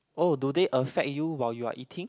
oh do they affect you while you are eating